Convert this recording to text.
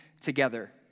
together